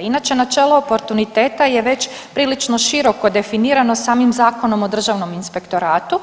Inače načelo oportuniteta je već prilično široko definirano samim Zakonom o državnom inspektoratu,